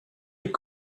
est